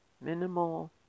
minimal